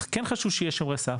כן חשוב שיהיה שומרי סף.